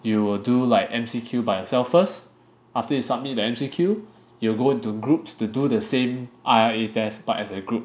you will do like M_C_Q by yourself first after you submit the M_C_Q you'll go into groups to do the same I_R_A test but as a group